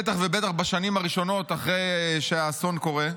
בטח ובטח בשנים הראשונות אחרי שהאסון קורה.